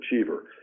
Achiever